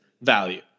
value